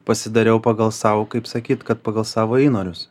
pasidariau pagal sau kaip sakyt kad pagal savo įnorius